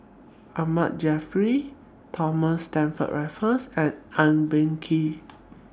Ahmad Jaafar Thomas Stamford Raffles and Eng Boh Kee